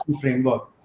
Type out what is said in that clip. framework